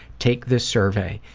take this survey,